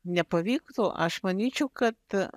nepavyktų aš manyčiau kad